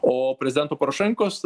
o prezidento porošenkos